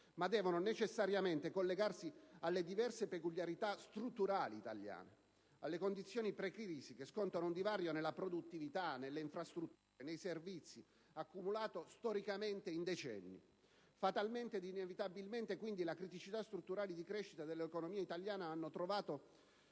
ma devono necessariamente collegarsi alle diverse peculiarità strutturali italiane, alle condizioni pre-crisi, che scontano un divario nella produttività, nelle infrastrutture, nei servizi accumulato, storicamente, in decenni. Fatalmente ed inevitabilmente, quindi, le criticità strutturali di crescita dell'economia italiana hanno trovato